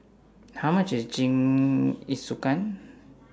How much IS Jingisukan